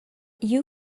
you